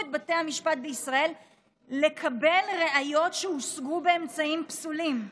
את בתי המשפט בישראל לקבל ראיות שהושגו באמצעים פסולים.